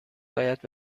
باید